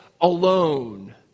alone